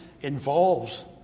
involves